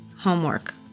Homework